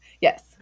Yes